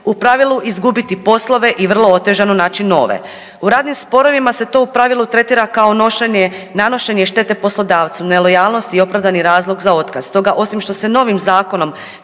u pravilu izgubiti poslove i vrlo otežano naći nove. U radnim sporovima se to u pravilu tretira kao nošenje, nanošenje štete poslodavcu, nelojalnosti i opravdani razlog za otkaz. Stoga osim što se novim zakonom